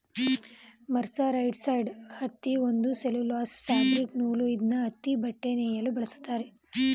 mercerised ಹತ್ತಿ ಒಂದು cellulose fabric ನೂಲು ಇದ್ನ ಹತ್ತಿಬಟ್ಟೆ ನೇಯಲು ಬಳಸ್ತಾರೆ